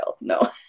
no